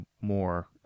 more